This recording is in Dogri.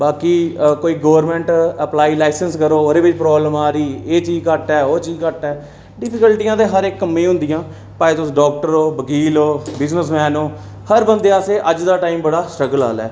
बाकी गौरमैंट अपलाई लाइसैंस करो अगर कोई प्राब्लम आ दी एह् चीज घट्ट ऐ ओह् चीज घट्ट ऐ डिफिकल्टियां ते हर इक कम्मै च होंदियां भाएं तुस डाक्टर होवो वकील होवो बिजनस मैन हो हर बंदे आस्तै अज्ज दा टाइम स्ट्रगल आह्ला ऐ